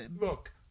Look